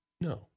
no